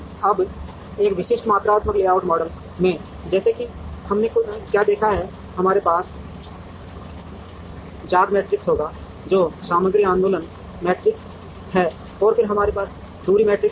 अब एक विशिष्ट मात्रात्मक लेआउट मॉडल में जैसे कि हमने क्या देखा है हमारे पास जाग मैट्रिक्स होगा जो सामग्री आंदोलन मैट्रिक्स है और फिर हमारे पास दूरी मैट्रिक्स होगा